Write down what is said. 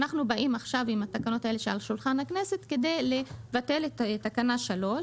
אנחנו באים עכשיו עם התקנות האלה שעל שולחן הכנסת כדי לבטל את תקנה 3,